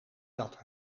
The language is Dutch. dat